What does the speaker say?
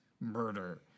murder